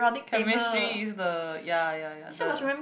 chemistry is the ya ya ya the